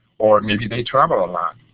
or maybe they travel a lot,